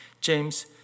James